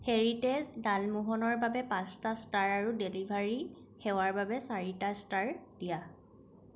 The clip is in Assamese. হেৰিটেজ ডালমোহনৰ বাবে পাঁচটা ষ্টাৰ আৰু ডেলিভাৰী সেৱাৰ বাবে চাৰিটা ষ্টাৰ দিয়া